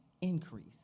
increase